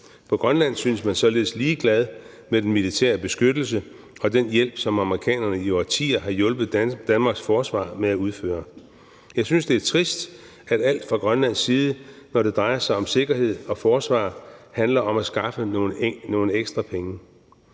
På Grønland synes man således at være ligeglad med den militære beskyttelse og den hjælp, som amerikanerne i årtier har hjulpet Danmarks forsvar med at udføre. Jeg synes, det er trist, at alt fra Grønlands side, når det drejer sig om sikkerhed og forsvar, handler om at skaffe nogle ekstra penge.